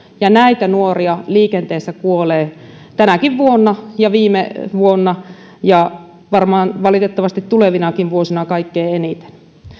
ja näitä nuoria liikenteessä kuolee tänäkin vuonna ja kuoli viime vuonna ja valitettavasti varmaan kuolee tulevinakin vuosina kaikkein eniten